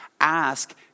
Ask